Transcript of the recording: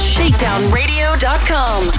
ShakedownRadio.com